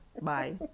bye